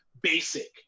basic